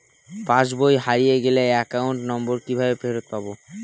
পাসবই হারিয়ে গেলে account number কিভাবে ফেরত পাব?